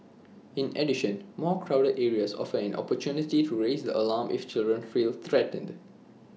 in addition more crowded areas offer an opportunity to raise the alarm if children feel threatened